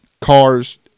Cars